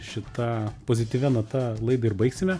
šita pozityvia nata laidai ir baigsime